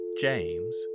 James